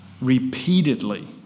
repeatedly